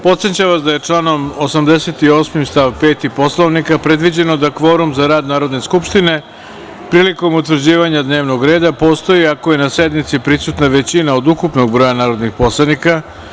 Podsećam vas da je članom 88. stav 5. Poslovnika predviđeno da kvorum za rad Narodne skupštine prilikom utvrđivanja dnevnog reda postoji ako je na sednici prisutna većina od ukupnog broja narodnih poslanika.